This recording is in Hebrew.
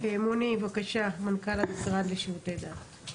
מוני, מנכ"ל המשרד לשירותי דת, בבקשה.